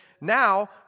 now